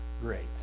great